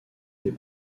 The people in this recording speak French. des